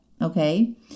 Okay